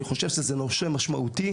אני חושב שזה נושא משמעותי,